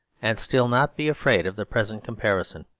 and still not be afraid of the present comparison.